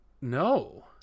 No